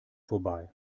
vorbei